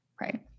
right